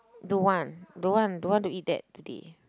don't want don't want don't want to eat that today